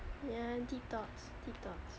ya deep thoughts deep thoughts